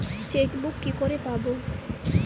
Chequebook কি করে পাবো?